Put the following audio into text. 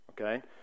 Okay